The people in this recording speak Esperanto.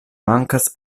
mankas